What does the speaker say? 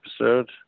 episode